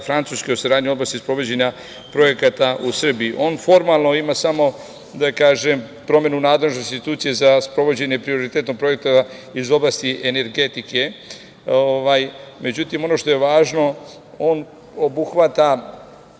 Francuske o saradnji u oblasti sprovođenja projekata u Srbiji. On formalno ima samo, da kažem, promenu nadležne institucije za sprovođenje prioritetnog projekta iz oblasti energetike. Međutim, ono što je važno, on obuhvata,